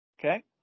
Okay